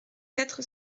quatre